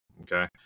Okay